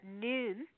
noon